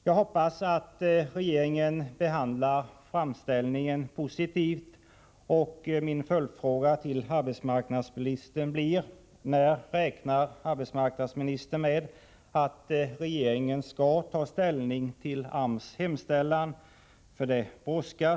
Jag hoppas att regeringen behandlar framställningen positivt. Min följdfråga till arbetsmarknadsministern blir: När räknar arbetsmarknadsministern med att regeringen skall ta ställning till AMS hemställan?